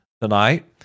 tonight